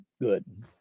good